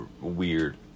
weird